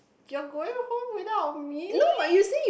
you're going home without me